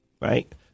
right